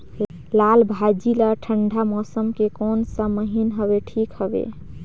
लालभाजी ला ठंडा मौसम के कोन सा महीन हवे ठीक हवे?